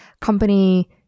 company